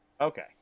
Okay